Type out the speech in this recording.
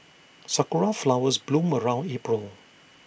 Sakura Flowers bloom around April